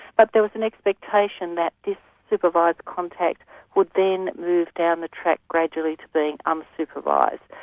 but there was an expectation that this supervised contact would then move down the track gradually to being unsupervised.